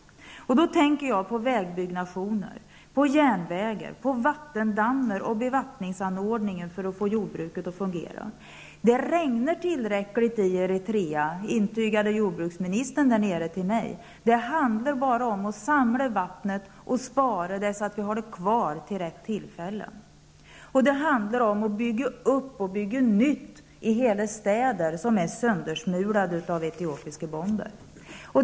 Då tänker jag på vägbyggnationer, på järnvägar, på vattendammar och bevattningsanordningar för att få jordbruket att fungera. Det regnar tillräckligt i Eritrea, intygade jordbruksministern där nere för mig. Det handlar bara om att samla vattnet och spara det så att det finns kvar till rätt tillfälle. Och det handlar om att bygga upp och bygga nytt i städer som är helt söndersmulade av etiopiska bomber.